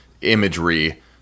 imagery